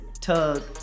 tug